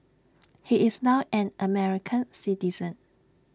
he is now an American citizen